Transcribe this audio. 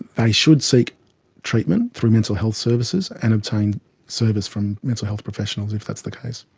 they should seek treatment through mental health services and obtain service from mental health professions if that's the case.